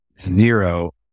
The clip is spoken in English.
Zero